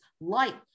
light